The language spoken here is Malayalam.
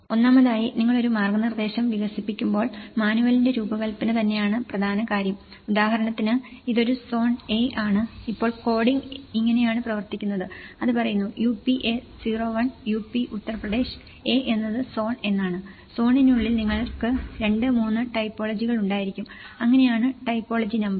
ഒന്നാമതായി നിങ്ങൾ ഒരു മാർഗ്ഗനിർദ്ദേശം വികസിപ്പിക്കുമ്പോൾ മാനുവലിന്റെ രൂപകൽപ്പന തന്നെയാണ് പ്രധാന കാര്യം ഉദാഹരണത്തിന് ഇതൊരു സോൺ എ ആണ് ഇപ്പോൾ കോഡിംഗ് ഇങ്ങനെയാണ് പ്രവർത്തിക്കുന്നത് അത് പറയുന്നു UPA 01 UP ഉത്തർപ്രദേശ് A എന്നത് സോൺ എന്താണ് സോണിനുള്ളിൽ നിങ്ങൾക്ക് 2 3 ടൈപ്പോളജികൾ ഉണ്ടായിരിക്കാം അങ്ങനെയാണ് ടൈപ്പോളജി നമ്പർ